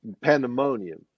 pandemonium